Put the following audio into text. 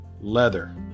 leather